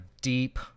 deep